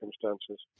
circumstances